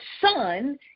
Son